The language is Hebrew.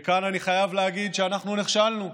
וכאן אני חייב להגיד שאנחנו נכשלנו.